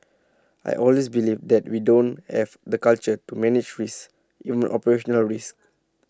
I always believe that we don't have the culture to manage risks even operational risks